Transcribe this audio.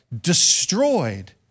Destroyed